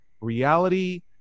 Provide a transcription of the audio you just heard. reality